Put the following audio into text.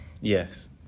yes